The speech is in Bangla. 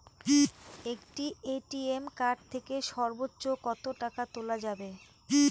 একটি এ.টি.এম কার্ড থেকে সর্বোচ্চ কত টাকা তোলা যাবে?